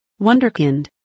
wonderkind